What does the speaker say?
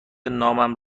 نامم